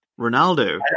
Ronaldo